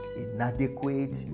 inadequate